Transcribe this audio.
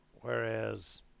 whereas